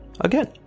again